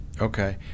Okay